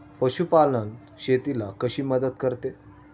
पशुपालन शेतीला कशी मदत करते?